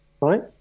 right